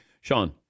Sean